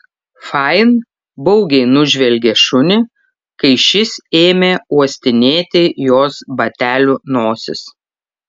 fain baugiai nužvelgė šunį kai šis ėmė uostinėti jos batelių nosis